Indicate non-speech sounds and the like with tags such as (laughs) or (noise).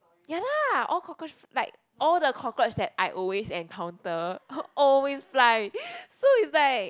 ya lah all cockroach like all the cockroach that I always encounter (laughs) always fly so it's like